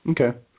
Okay